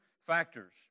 factors